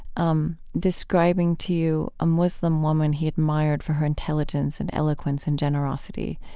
um describing to you a muslim woman he admired for her intelligence and eloquence and generosity.